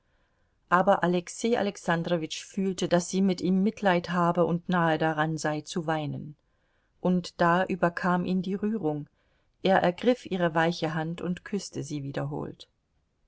aber alexei alexandrowitsch fühlte daß sie mit ihm mitleid habe und nahe daran sei zu weinen und da überkam ihn die rührung er ergriff ihre weiche hand und küßte sie wiederholt